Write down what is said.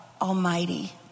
Almighty